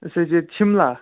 أسۍ ٲسۍ ییٚتہِ شِملا